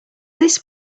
this